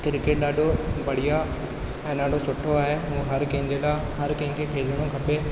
cricket ॾाढो बढ़िया ऐं ॾाढो सुठो आहे ऐं हर कंहिंजे लाइ हर कंहिं खे खेलिणो खपे